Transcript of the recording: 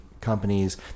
companies